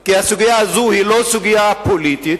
כי הסוגיה הזאת היא לא סוגיה פוליטית.